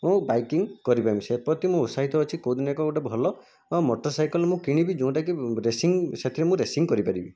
ମୁଁ ବାଇକିଂ କରିପାରିବି ସେ ପ୍ରତି ମୁଁ ଉତ୍ସାହିତ ଅଛି କେଉଁ ଦିନ ଏକ ଗୋଟିଏ ଭଲ ବା ମୋଟରସାଇକେଲ ମୁଁ କିଣିବି ଯେଉଁଟାକି ରେସିଂ ସେଥିରେ ମୁଁ ରେସିଂ କରିପାରିବି